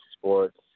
sports